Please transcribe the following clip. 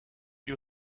you